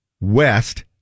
west